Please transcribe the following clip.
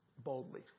boldly